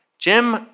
Jim